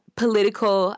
political